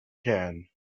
can